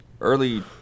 early